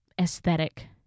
aesthetic